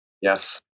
Yes